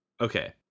Okay